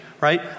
right